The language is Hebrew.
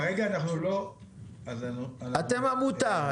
כרגע אנחנו לא --- אתם עמותה.